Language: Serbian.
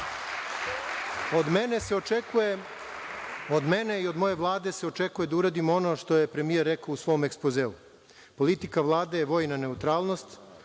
očekuje, i od moje Vlade se očekuje da uradimo ono što je premijer rekao u svom ekspozeu. Politika Vlade je vojna neutralnost,